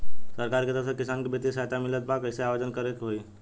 सरकार के तरफ से किसान के बितिय सहायता मिलत बा कइसे आवेदन करे के होई?